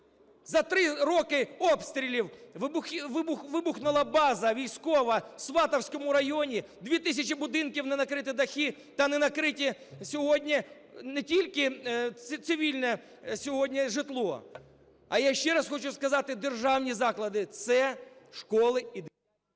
За три роки обстрілів.. вибухнула база військова в Сватівському районі, в 2 тисячі будинків не накриті дахи. Та не накриті сьогодні не тільки цивільне сьогодні житло, а я й ще раз хочу сказати, державні заклади, це школи і…